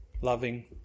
Loving